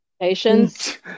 Patience